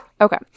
Okay